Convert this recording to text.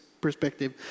perspective